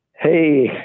Hey